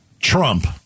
Trump